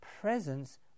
presence